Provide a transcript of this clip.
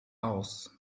aus